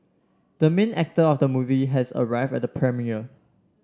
the main actor of the movie has arrived at the premiere